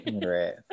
Great